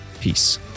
peace